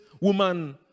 woman